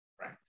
right